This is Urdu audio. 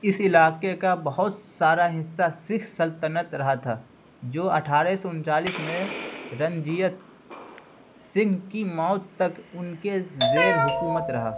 اس علاقے کا بہت سارا حصہ سکھ سلطنت رہا تھا جو اٹھارہ سو انچالیس میں رنجیت سنگھ کی موت تک ان کے زیر حکومت رہا